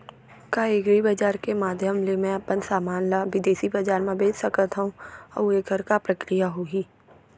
का एग्रीबजार के माधयम ले मैं अपन समान ला बिदेसी बजार मा बेच सकत हव अऊ एखर का प्रक्रिया होही?